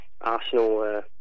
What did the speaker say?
Arsenal